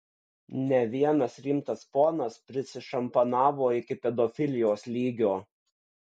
ne vienas rimtas ponas prisišampanavo iki pedofilijos lygio